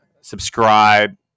Subscribe